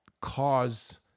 cause